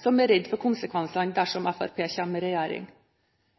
som er redd for konsekvensene dersom Fremskrittspartiet kommer i regjering.